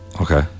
Okay